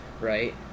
right